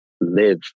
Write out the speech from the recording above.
live